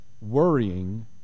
worrying